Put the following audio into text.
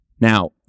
Now